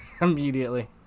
Immediately